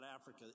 Africa